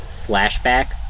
flashback